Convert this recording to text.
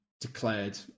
declared